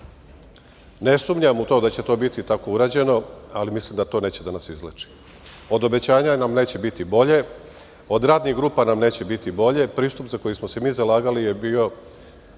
Ne sumnjam u to da će to biti tako urađeno, ali mislim da nas to neće izlečiti. Od obećanja nam neće biti bolje, od radnih grupa nam neće biti bolje. Pristup za koji smo se mi zalagali je bio